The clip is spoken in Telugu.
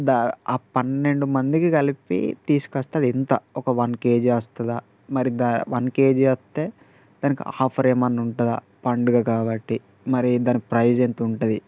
దా ఆ పన్నెండు మందికి కలిపి తీసుకొస్తే అది ఎంత ఒక వన్ కేజీ వస్తుందా మరి దా వన్ కేజీ వస్తే దానికి ఆఫర్ ఏమన్నా ఉంటుందా పండుగ కాబట్టి మరి దాని ప్రైస్ ఎంత ఉంటుంది